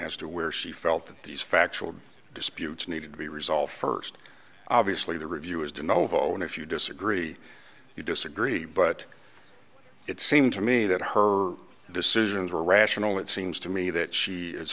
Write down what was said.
as to where she felt that these factual disputes need to be resolved first obviously the review is do novo and if you disagree you disagree but it seemed to me that her decisions were rational it seems to me that she is